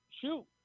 shoot